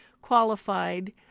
qualified